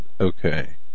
okay